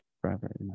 forever